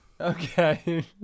Okay